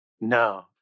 No